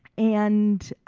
and